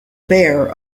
bare